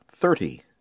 thirty